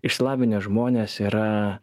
išsilavinę žmonės yra